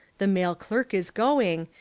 the male clerk is going,